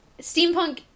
Steampunk